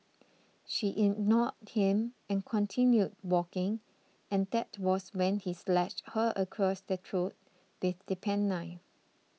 she ignored him and continued walking and that was when he slashed her across the throat with the penknife